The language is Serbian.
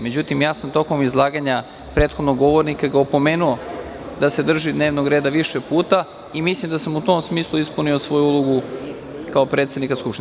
Međutim, ja sam tokom izlaganja prethodnog govornika opomenuo ga da se drži dnevnog reda više puta i mislim da sam u tom smislu ispunio svoju ulogu kao predsednika Skupštine.